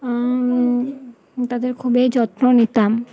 তাদের খুবই যত্ন নিতাম